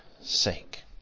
sake